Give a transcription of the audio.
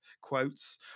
quotes